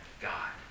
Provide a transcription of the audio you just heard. God